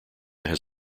had